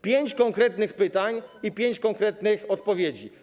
Pięć konkretnych pytań i pięć konkretnych odpowiedzi.